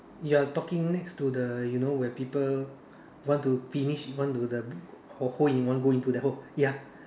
you're talking next to the you know where people want to finish want to the hole in one go into that hole ya